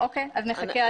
בסדר, אז נחכה.